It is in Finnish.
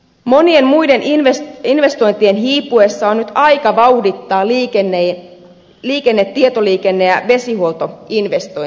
monien muiden investointien hiipuessa on nyt aika vauhdittaa liikenne tietoliikenne ja vesihuoltoinvestointeja